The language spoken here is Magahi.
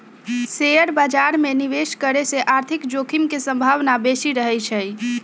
शेयर बाजार में निवेश करे से आर्थिक जोखिम के संभावना बेशि रहइ छै